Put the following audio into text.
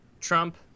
Trump